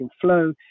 Flow